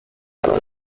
vingt